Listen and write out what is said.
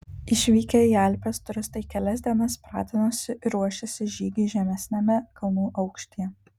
išvykę į alpes turistai kelias dienas pratinosi ir ruošėsi žygiui žemesniame kalnų aukštyje